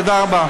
תודה רבה.